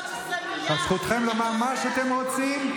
אז זכותכם לומר מה שאתם רוצים,